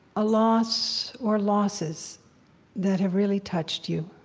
a loss or losses that have really touched you,